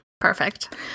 Perfect